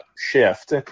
shift